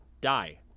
die